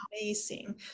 Amazing